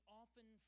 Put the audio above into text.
often